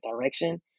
direction